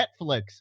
netflix